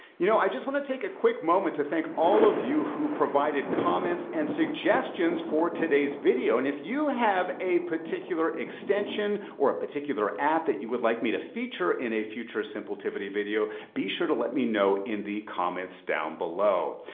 you know, i just wanna take a quick moment to thank all of you who provided comments, and suggestions, for today's video. and if you have a particular extension, or a particular app that you would like me to feature in a future simpletivity video, be sure to let me know in the comments down below.